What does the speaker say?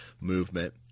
movement